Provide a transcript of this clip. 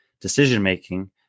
decision-making